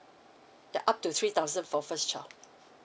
yeah up to three thousand for first child